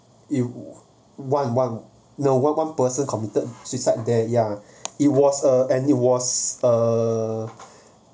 it one one no one one person committed suicide there yeah it was a and it was uh